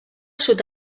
sud